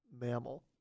mammal